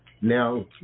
now